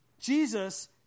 Jesus